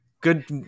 good